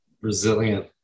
resilient